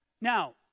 Now